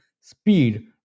speed